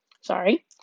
sorry